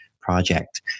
project